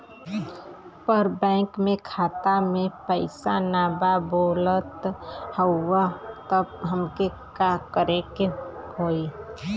पर बैंक मे खाता मे पयीसा ना बा बोलत हउँव तब हमके का करे के होहीं?